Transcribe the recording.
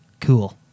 cool